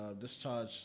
discharge